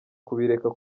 kubireka